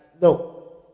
No